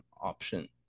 option